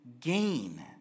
gain